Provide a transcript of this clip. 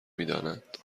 میدانند